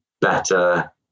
better